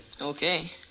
Okay